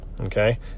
Okay